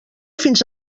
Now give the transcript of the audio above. fins